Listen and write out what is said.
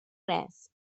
res